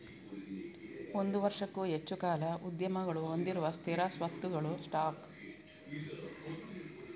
ಒಂದು ವರ್ಷಕ್ಕೂ ಹೆಚ್ಚು ಕಾಲ ಉದ್ಯಮಗಳು ಹೊಂದಿರುವ ಸ್ಥಿರ ಸ್ವತ್ತುಗಳ ಸ್ಟಾಕ್